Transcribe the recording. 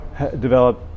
develop